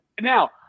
now